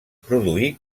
produí